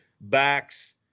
backs